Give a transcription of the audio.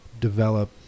develop